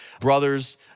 brothers